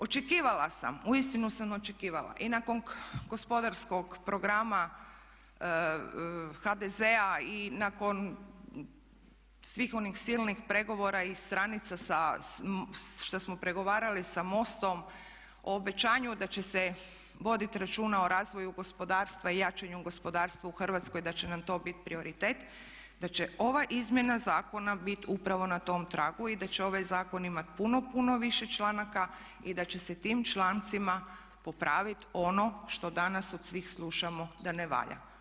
Očekivala sam, uistinu sam očekivala i nakon gospodarskog programa HDZ-a, i nakon svih onih silnih pregovora i stranica šta smo pregovarali sa MOST-om, o obećanju da će se voditi računa o razvoju gospodarstva i jačanju gospodarstva u Hrvatskoj da će nam to biti prioritet, da će nam ova izmjena zakona biti upravo na tom tragu i da će ovaj zakon imati puno puno više članaka i da će se tim člancima popravit ono što danas od svih slušamo da ne valja.